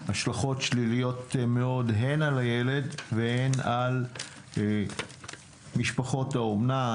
השלכות שליליות מאוד הן על הילד והן על משפחות האומנה.